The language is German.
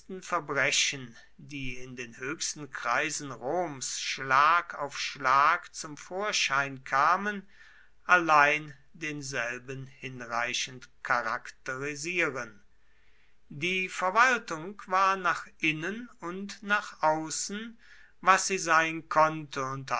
verbrechen die in den höchsten kreisen roms schlag auf schlag zum vorschein kamen allein denselben hinreichend charakterisieren die verwaltung war nach innen und nach außen was sie sein konnte unter